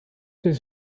his